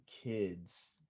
kids